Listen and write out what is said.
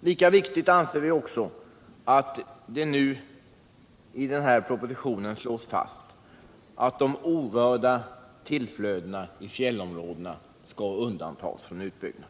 Lika viktigt anser vi det vara att det nu i propositionen slås — Den fysiska fast att de orörda tillflödena i fjällområdena skall undantas från utbygg = riksplaneringen